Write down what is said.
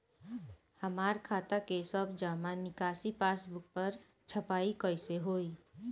हमार खाता के सब जमा निकासी पासबुक पर छपाई कैसे होई?